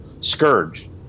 Scourge